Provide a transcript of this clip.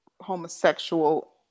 homosexual